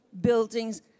buildings